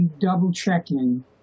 double-checking